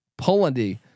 Polandy